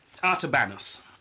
Artabanus